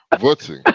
voting